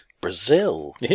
brazil